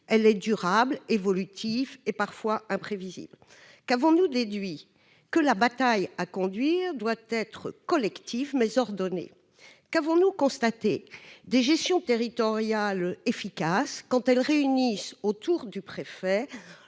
Elle est durable, évolutive et parfois imprévisible. Qu'en avons-nous déduit ? Que la bataille à conduire doit être collective, mais ordonnée. Qu'avons-nous constaté ? Que les gestions territoriales sont efficaces quand elles réunissent, autour du préfet,